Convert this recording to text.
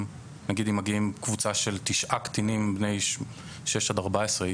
נגיד אם מגיעים קבוצה של תשעה קטינים בני 6 עד 14,